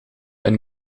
een